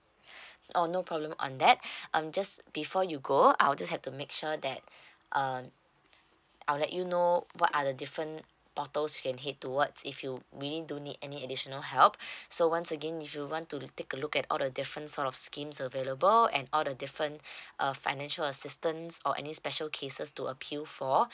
oh no problem on that um just before you go I'll just have to make sure that um I'll let you know what are the different portal you can head towards if you really do need any additional help so once again if you want to take a look at all the different sort of schemes available and all the different uh financial assistance or any special cases to appeal for